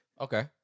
Okay